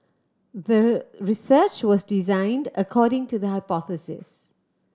the research was designed according to the hypothesis